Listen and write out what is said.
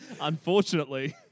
unfortunately